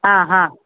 ಹಾಂ ಹಾಂ